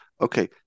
Okay